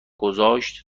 گذاشت